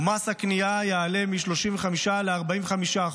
ומס הקנייה יעלה מ-35% ל-45%,